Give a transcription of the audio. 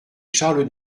charles